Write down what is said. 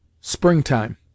Springtime